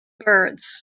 birds